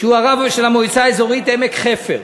הרב של המועצה האזורית עמק חפר: